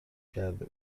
کرده